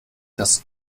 das